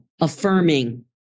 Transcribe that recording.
affirming